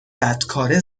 بدکاره